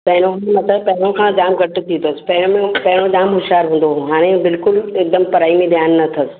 पहिरियों बि मतलबु पहिरियों खां जामु घटि थी अथसि पहिरियों पहिरियों जामु हुशियारु हूंदो हो हाणे बिल्कुलु एकदमि पढ़ाई में ध्यानु न अथसि